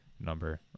number